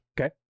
Okay